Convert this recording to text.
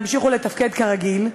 להמשיך לתפקד כרגיל,